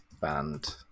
Band